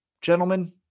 gentlemen